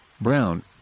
brown